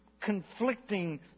conflicting